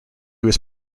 was